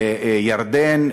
לירדן,